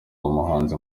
umuhanzi